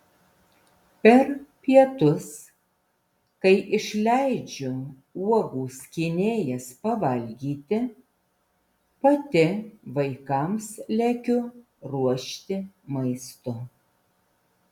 per pietus kai išleidžiu uogų skynėjas pavalgyti pati vaikams lekiu ruošti maisto